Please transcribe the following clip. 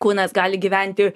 kūnas gali gyventi